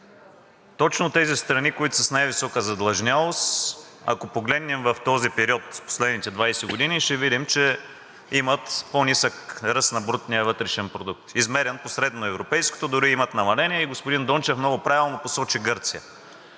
Точно тези страни, които са с най-висока задлъжнялост, ако погледнем в този период през последните 20 години, ще видим, че имат по-нисък ръст на брутния вътрешен продукт. Измерен по средноевропейското, дори имат намаление, и господин Дончев много правилно посочи Гърция.